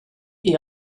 est